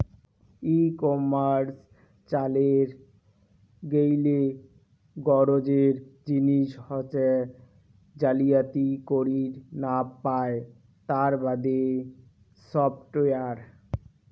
ই commerce চালের গেইলে গরোজের জিনিস হসে জালিয়াতি করির না পায় তার বাদে সফটওয়্যার